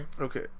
Okay